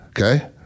Okay